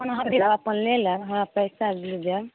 अपन अहाँके जे पिआज अपन अहाँ ले लेब हमरा पैसा दे देब